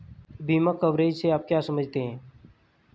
बीमा कवरेज से आप क्या समझते हैं?